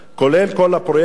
כולל כל הפרויקטים.